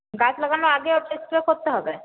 গাছ লাগানোর আগে ওটা করতে হবে